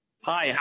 Hi